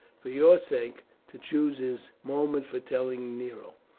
for your sake, to choose his moment for telling nero.